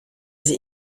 sie